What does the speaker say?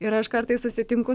ir aš kartais susitinku